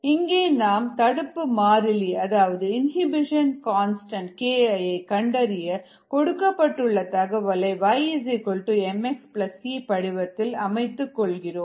இங்கே நாம் தடுப்பு மாறிலி அதாவது இனிபிஷன் கான்ஸ்டன்ட் KI ஐ கண்டறிய கொடுக்கப்பட்டுள்ள தகவலை ymxc படிவத்தில் அமைத்துக் கொள்கிறோம்